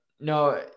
no